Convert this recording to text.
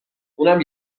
اونم